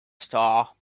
star